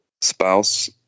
spouse